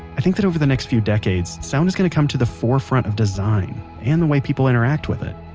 i think that over the next few decades, sound is going to come to the forefront of design and the way people interact with it.